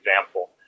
example